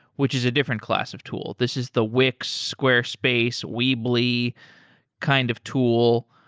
which is a different class of tool. this is the wix, squarespace, weebly kind of tool.